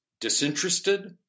disinterested